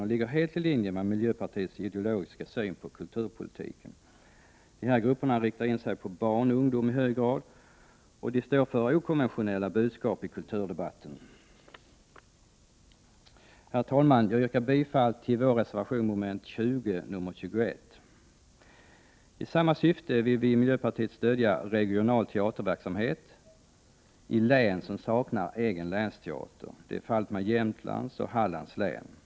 Det ligger helt i linje med miljöpartiets ideologiska syn på kulturpolitiken. De här grupperna riktar i hög grad in sig på barn och ungdom och står för okonventionella budskap i kulturdebatten. Herr talman! Jag yrkar bifall till vår reservation 21. I samma syfte vill vi i miljöpartiet stödja regional teaterverksamhet i län som saknar egen länsteater — t.ex. Jämtlands och Hallands län.